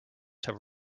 have